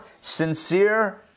sincere